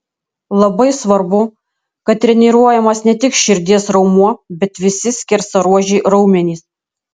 labai svarbu kad treniruojamas ne tik širdies raumuo bet visi skersaruožiai raumenys